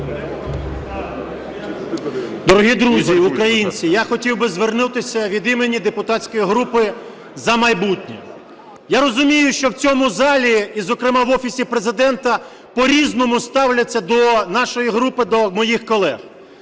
Дорогі друзі, українці! Я хотів би звернутися від імені депутатської групи "За майбутнє". Я розумію, що в цьому залі і, зокрема, в Офісі Президента по-різному ставляться до нашої групи, до моїх колег.